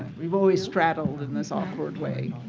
we've always straddled in this awkward way.